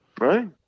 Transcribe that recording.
Right